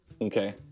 Okay